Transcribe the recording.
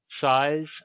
size